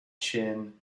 chin